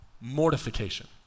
mortification